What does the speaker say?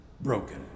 broken